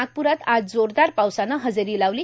नागपुरात आज जोरदार पावसानं हजेर लावल